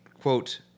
quote